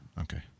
Okay